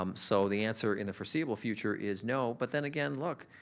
um so, the answer in the foreseeable future is no but then again look,